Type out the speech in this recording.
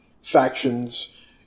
factions